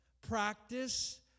practice